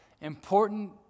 important